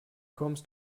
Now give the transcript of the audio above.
kommst